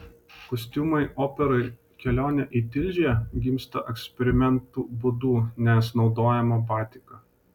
kostiumai operai kelionė į tilžę gimsta eksperimentų būdu nes naudojama batika